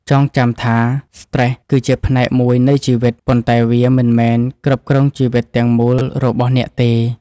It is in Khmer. ចងចាំថា "ស្ត្រេស" គឺជាផ្នែកមួយនៃជីវិត ប៉ុន្តែវាមិនមែនគ្រប់គ្រងជីវិតទាំងមូលរបស់អ្នកទេ។